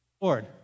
Lord